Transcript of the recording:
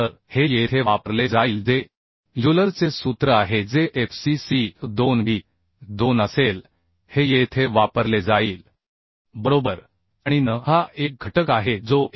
तर हे येथे वापरले जाईल जे युलरचे सूत्र आहे जे f c c π2 eλ2 असेल हे येथे वापरले जाईल बरोबर आणि n हा एक घटक आहे जो 1